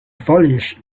foliage